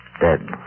dead